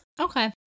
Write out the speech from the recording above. okay